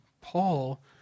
Paul